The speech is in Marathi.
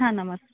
हां नमस्